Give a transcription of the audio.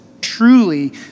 truly